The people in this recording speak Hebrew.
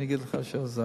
אני אגיד לך שעזר.